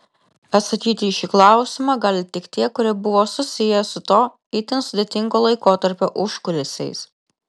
atsakyti į šį klausimą gali tik tie kurie buvo susiję su to itin sudėtingo laikotarpio užkulisiais